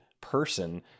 person